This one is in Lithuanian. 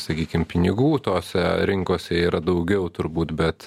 sakykim pinigų tose rinkose yra daugiau turbūt bet